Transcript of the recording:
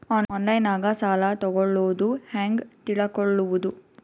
ಆನ್ಲೈನಾಗ ಸಾಲ ತಗೊಳ್ಳೋದು ಹ್ಯಾಂಗ್ ತಿಳಕೊಳ್ಳುವುದು?